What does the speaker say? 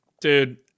Dude